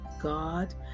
God